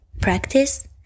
practice